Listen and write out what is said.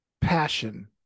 passion